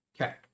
Okay